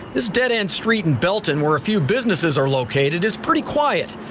this dead end street and belton were a few businesses are located, is pretty quiet,